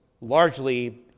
largely